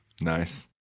Nice